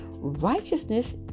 righteousness